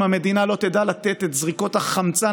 אם המדינה לא תדע לתת את זריקות החמצן